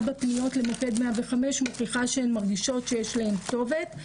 בפניות למוקד 105 מוכיחה שהן מרגישות שיש להן כתובת.